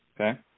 Okay